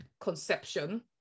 conception